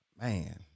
man